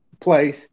place